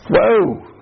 Whoa